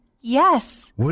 Yes